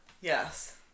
Yes